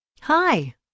Hi